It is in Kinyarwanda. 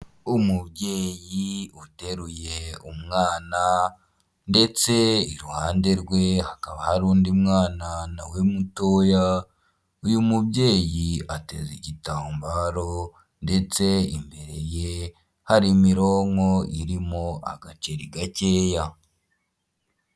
Umubyeyi uteruye umwana, ndetse iruhande rwe hakaba hari undi mwana na we mutoya, uyu mubyeyi ateza igitambaro, ndetse imbere ye hari mironko irimo agaceri gakeya.